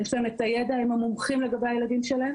יש להם את הידע, הם המומחים לגבי הילדים שלהם